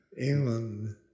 England